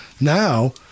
Now